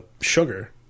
sugar